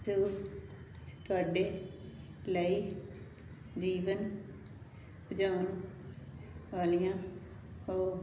ਜੋ ਤੁਹਾਡੇ ਲਈ ਜੀਵਨ ਜਾਣ ਵਾਲੀਆਂ ਓਹ